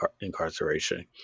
incarceration